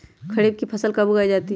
खरीफ की फसल कब उगाई जाती है?